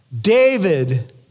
David